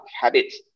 habits